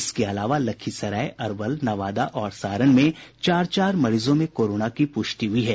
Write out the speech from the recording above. इसके अलावा लखीसराय अरवल नवादा और सारण में चार चार मरीजों में कोरोना की पुष्टि हुई है